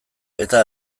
eta